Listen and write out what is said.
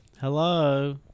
Hello